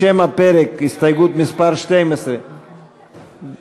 לשם הפרק, הסתייגות מס' 12. רגע.